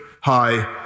high